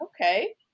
okay